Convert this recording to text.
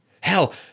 Hell